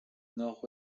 nord